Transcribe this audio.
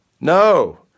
No